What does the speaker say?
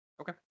Okay